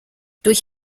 durch